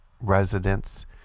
residents